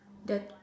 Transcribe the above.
that